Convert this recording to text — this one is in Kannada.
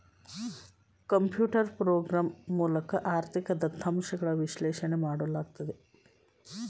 ಕಂಪ್ಯೂಟರ್ ಪ್ರೋಗ್ರಾಮ್ ಮೂಲಕ ಆರ್ಥಿಕ ದತ್ತಾಂಶಗಳ ವಿಶ್ಲೇಷಣೆ ಮಾಡಲಾಗುವುದು